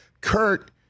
Kurt